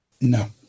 No